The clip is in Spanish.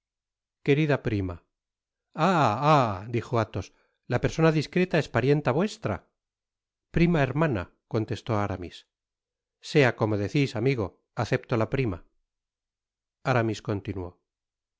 querida prima ah ah dijo athos la persona discreta es parienta vuestra prima hermana contestó aramis sea como decis amigo acepto la prima aramis continuó